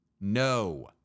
no